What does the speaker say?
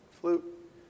Flute